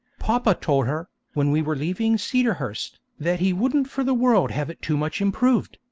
papa told her, when we were leaving cedarhurst, that he wouldn't for the world have it too much improved,